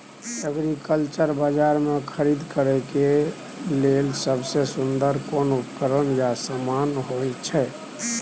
Agriculture बाजार में खरीद करे के लेल सबसे सुन्दर कोन उपकरण या समान होय छै?